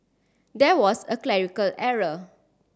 there was a clerical error